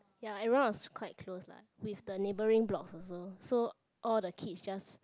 ya everyone was quite close lah with the neighbouring blocks also so all the kids just